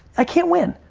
i can't win.